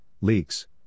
leaks